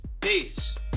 Peace